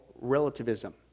relativism